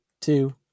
two